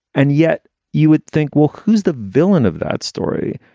and yet you would think, well, who's the villain of that story?